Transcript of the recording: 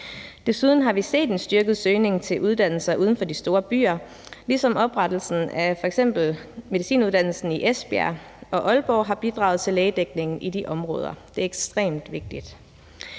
Desuden har vi set en styrket søgning til uddannelser uden for de store byer, ligesom oprettelsen af f.eks. medicinuddannelsen i Esbjerg og Aalborg har bidraget til lægedækningen i de områder. Det er ekstremt vigtigt.